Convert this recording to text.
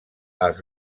als